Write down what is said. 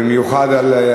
במיוחד על,